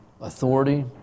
authority